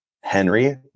Henry